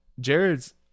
Jared's